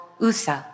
Usa